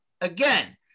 Again